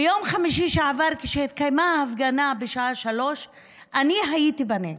ביום חמישי שעבר כשהתקיימה ההפגנה בשעה 15:00 אני הייתי בנגב.